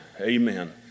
amen